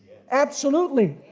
absolutely.